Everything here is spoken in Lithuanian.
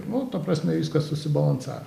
nu ta prasme viskas susibalansavę